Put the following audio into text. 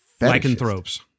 lycanthropes